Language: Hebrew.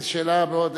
זו שאלה מאוד,